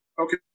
Okay